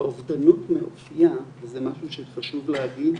והאובדנות מאופייה זה משהו שחשוב להגיד,